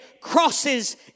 crosses